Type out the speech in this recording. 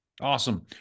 Awesome